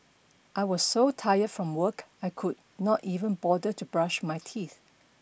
I was so tired from work I could not even bother to brush my teeth